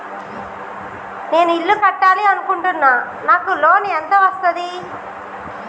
నేను ఇల్లు కట్టాలి అనుకుంటున్నా? నాకు లోన్ ఎంత వస్తది?